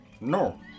no